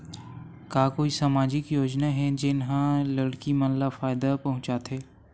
का कोई समाजिक योजना हे, जेन हा लड़की मन ला फायदा पहुंचाथे?